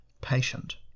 patient